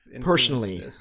Personally